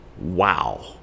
Wow